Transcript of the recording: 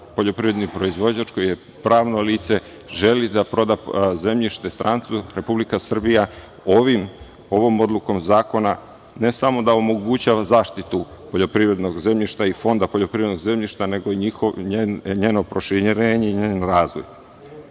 poljoprivredni proizvođač koji je pravno lice želi da proda zemljište strancu. Republika Srbija ovom odlukom Zakona ne samo da omogućava zaštitu poljoprivrednog zemljišta i fonda poljoprivrednog zemljišta, nego i njeno proširenje i njen razvoj. Fond